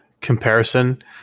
comparison